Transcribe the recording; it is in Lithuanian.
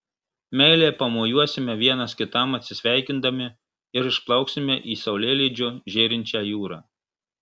meiliai pamojuosime vienas kitam atsisveikindami ir išplauksime į saulėlydžiu žėrinčią jūrą